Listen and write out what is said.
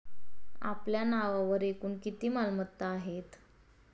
आपल्या नावावर एकूण किती मालमत्ता आहेत?